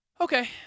Okay